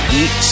eat